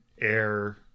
air